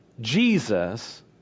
Jesus